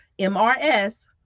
MRS